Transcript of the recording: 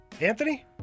anthony